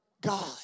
God